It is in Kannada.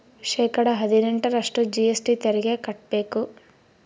ಶೇಕಡಾ ಹದಿನೆಂಟರಷ್ಟು ಜಿ.ಎಸ್.ಟಿ ತೆರಿಗೆ ಕಟ್ಟ್ಬೇಕು